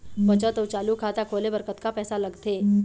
बचत अऊ चालू खाता खोले बर कतका पैसा लगथे?